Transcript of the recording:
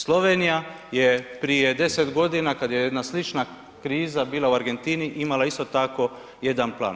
Slovenija je prije deset godina kada je jedna slična kriza bila u Argentini imala isto tako jedan plan.